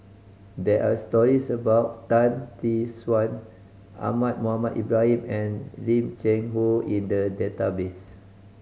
there are stories about Tan Tee Suan Ahmad Mohamed Ibrahim and Lim Cheng Hoe in the database